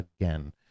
Again